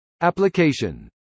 Application